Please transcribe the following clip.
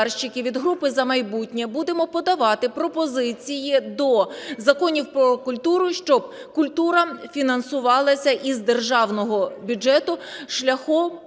від групи "За майбутнє" будемо подавати пропозиції до законів про культуру, щоб культура фінансувалася з державного бюджету шляхом